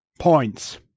points